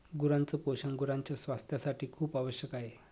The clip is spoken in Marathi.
गुरांच पोषण गुरांच्या स्वास्थासाठी खूपच आवश्यक आहे